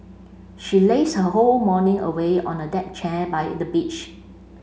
she lazed her whole morning away on a deck chair by the beach